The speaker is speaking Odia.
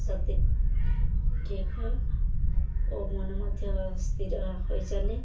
ଶତି ଠିକ୍ ହୁଏ ଓ ମନ ମଧ୍ୟ ସ୍ଥିର ହୋଇ ଚାଲେ